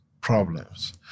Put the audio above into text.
problems